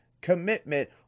commitment